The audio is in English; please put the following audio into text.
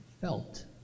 felt